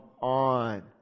on